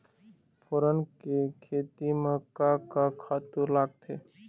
फोरन के खेती म का का खातू लागथे?